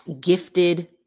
gifted